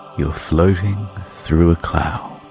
you're floating through a cloud.